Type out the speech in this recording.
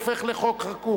הופך לחוק חקוק,